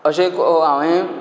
अशें एक हांवे